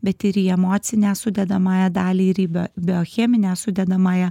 bet ir į emocinę sudedamąją dalį ir į biocheminę sudedamąją